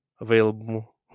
available